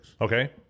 Okay